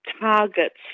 targets